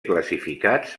classificats